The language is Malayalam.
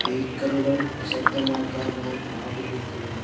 സ്പീക്കറുകൾ നിശബ്ദമാക്കാൻ ഞാൻ ആഗ്രഹിക്കുന്നു